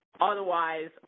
Otherwise